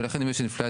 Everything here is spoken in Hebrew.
ולכן אם יש אינפלציה,